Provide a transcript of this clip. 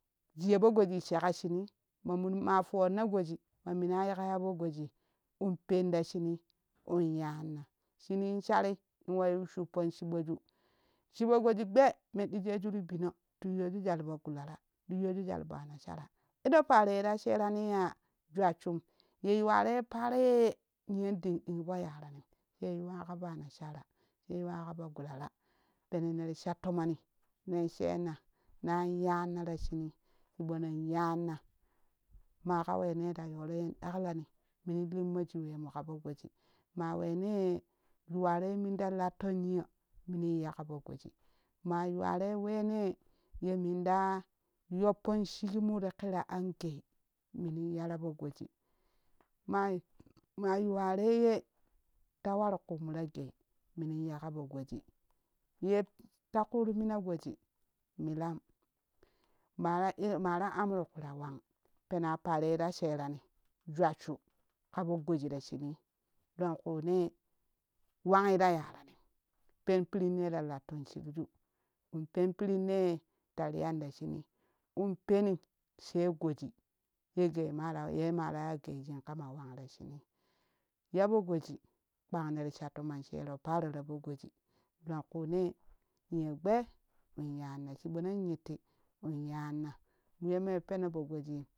Jiye po gojii sheka shinii mo mun ma fonna goji ma mina yuka ya poo goji in penta shiini in yanna shinii shari wayu shigpan chiɓoju chiibo goji gbee me ɗijjoju ti bino ti yuyoju jwal poo gulara ti yuyoju jwal po ana shara aɗo paro yerasherani yaa jwacham ye yowaroi paro ye niyon dinɗing poo yaranim she yuwa ka poo ana shara she yuwa ka poo gulara pene neri shatomoni nen shenna nan yanna ra shiini chibonok yanna maƙa wene ta yoro yen ɗaklani minin limmoshii wemu ƙapoo goji maa wenee yuwaro ye minta latton niyo minin ya ƙapoo goji ma yowaroi weme ye minda yoppom chik mu ti ƙiraa angei minin ya rapoo goji mayiwarei ye ta waru kun mu ra gei minin ya ka poo goji yee ta ƙutmina goji milam maraa iya maura ammuru kui ta wang pena paro yeta sherani jwasshuu kapoo goji ta shuunii longkuu ne wanghi ta yaranin pen piirinne ta latton shikju in pen piirinne ta riyani ta shunii in peni she goji ye sei maraa maraa ya gei shiin kama wang ta shiini ya poo goji kpan nerii shatomai sheraparo ta poo goji longkune niyo gbee in yanna chiɓo nen nyitti in yanna yeme peno poo goji.